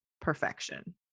perfection